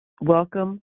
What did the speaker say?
welcome